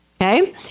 Okay